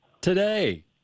today